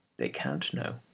they can't know.